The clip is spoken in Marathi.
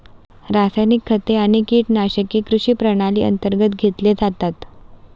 रासायनिक खते आणि कीटकनाशके कृषी प्रणाली अंतर्गत घेतले जातात